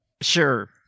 Sure